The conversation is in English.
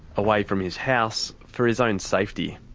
away from his house, for his own safety.